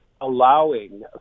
allowing